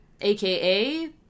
AKA